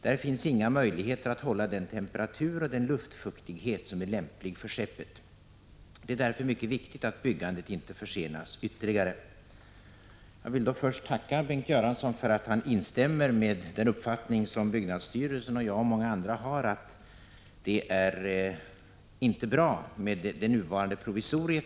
Där finns inga möjligheter att hålla den temperatur och den luftfuktighet som är lämplig för skeppet. Det är därför mycket viktigt att byggandet inte försenas ytterligare.” Jag vill tacka Bengt Göransson för att han instämmer i den uppfattning som byggnadsstyrelsen, jag och många andra har, dvs. att det nuvarande provisoriet inte är bra.